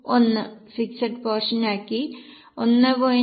1 fixed portion ആക്കി 1